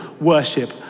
worship